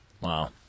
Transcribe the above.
wow